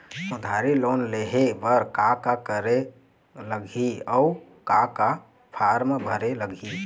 उधारी लोन लेहे बर का का करे लगही अऊ का का फार्म भरे लगही?